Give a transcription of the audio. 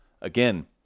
again